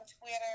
Twitter